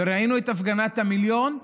וראינו את הפגנת המיליון.